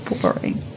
boring